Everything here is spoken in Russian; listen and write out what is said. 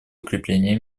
укрепление